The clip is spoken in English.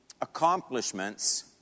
accomplishments